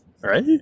right